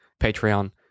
Patreon